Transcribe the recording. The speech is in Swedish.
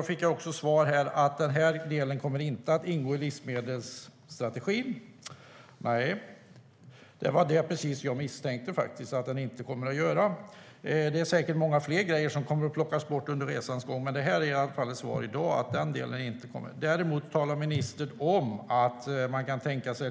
Jag fick då svaret att den här delen inte kommer att ingå i livsmedelsstrategin. Det var precis det jag misstänkte. Det är säkert många fler grejer som kommer att plockas bort under resans gång, men svaret i dag är i alla fall att den delen inte kommer att vara med. Däremot talar ministern om att man kan tänka sig